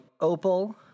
opal